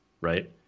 right